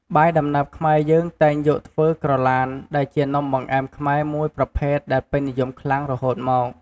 បាយដំណើបខ្មែរយើងតែងយកធ្វើក្រឡានដែលជានំបង្អែមខ្មែរមួយប្រភេទដែលពេញនិយមខ្លាំងរហូតមក។